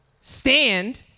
stand